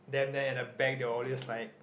them then at the back they'll always like